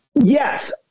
Yes